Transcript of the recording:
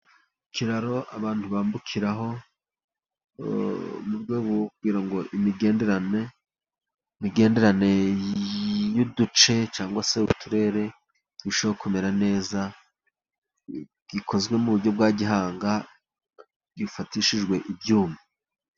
Ikiraro abantu bambukiraho mu rwego rwo kugira ngo imigenderanire y'uduce cyangwa se uturere irusheho kumera neza, gikozwe mu buryo bwa gihanga, gifatishijwe ibyuma.